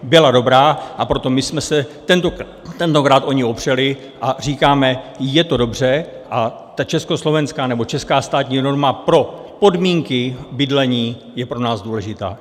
Byla dobrá, a proto my jsme se tentokrát o ni opřeli a říkáme, je to dobře a ta československá nebo česká státní norma pro podmínky bydlení je pro nás důležitá.